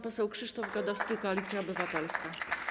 Pan poseł Krzysztof Gadowski, Koalicja Obywatelska.